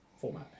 format